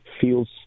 feels